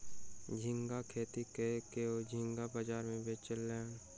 झींगा खेती कय के ओ झींगा बाजार में बेचलैन